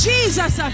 Jesus